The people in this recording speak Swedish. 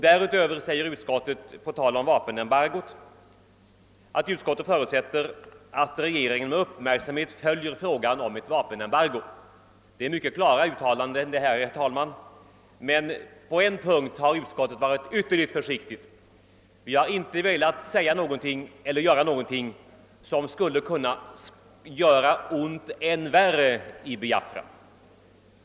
Därutöver säger utskottet på tal om vapenembargot: »Utskottet förutsätter emellertid att regeringen med uppmärksamhet följer frågan om ett vapenembargo.» Detta är mycket klara uttalanden, herr talman, men på en punkt har utskottet varit ytterligt försiktigt. Vi har inte velat säga eller göra någonting som skulle kunna göra ont än värre i Biafra.